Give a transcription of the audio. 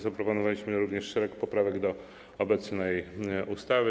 Zaproponowaliśmy również szereg poprawek do obecnej ustawy.